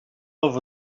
over